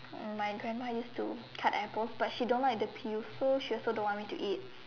um my grandma used to cut apples but she don't like the peels so she also don't want me to eat